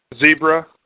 Zebra